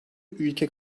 ülke